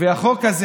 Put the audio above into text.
איזה חוק?